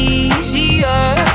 easier